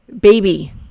baby